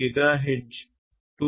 4 నుండి 2